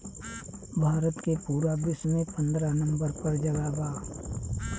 भारत के पूरा विश्व में पन्द्रह नंबर पर जगह बा